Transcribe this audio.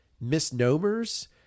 misnomers